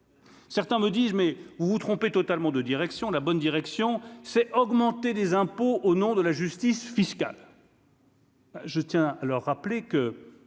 Certains me disent : mais vous vous trompez totalement de direction la bonne direction, c'est augmenter des impôts au nom de la justice fiscale. Je tiens à le rappeler que